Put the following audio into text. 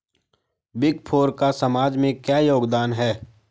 Big four का समाज में क्या योगदान है?